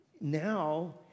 now